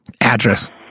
Address